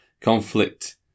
conflict